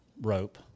rope